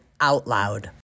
OUTLOUD